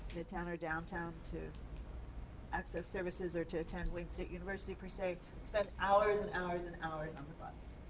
midtown or downtown to access services or to attend wayne state university per se, spend hours and hours and hours on the bus.